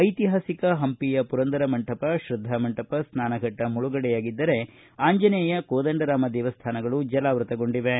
ಐತಿಹಾಸಿಕ ಪಂಪಿಯ ಪುರಂದರ ಮಂಟಪ ಶ್ರದ್ದಾಮಂಟಪ ಸ್ನಾನಘಟ್ಟ ಮುಳುಗಡೆಯಾಗಿದ್ದರೆ ಆಂಜನೇಯ ಕೋದಂಡರಾಮ ದೇವಸ್ಥಾನಗಳು ಜಲಾವ್ಯತಗೊಂಡಿವೆ